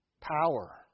power